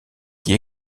qui